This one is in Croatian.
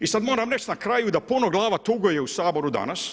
I sad moram reći na kraju da puno glava tuguje u Saboru danas.